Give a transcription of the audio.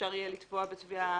שאפשר יהיה לתבוע בתביעה